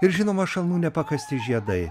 ir žinoma šalnų nepakasti žiedai